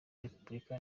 republika